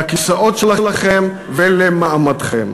לכיסאות שלכם ולמעמדכם.